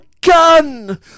gun